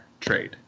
trade